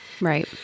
Right